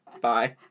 Bye